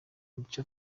uduce